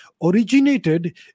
originated